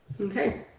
Okay